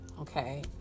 okay